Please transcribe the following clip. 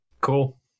cool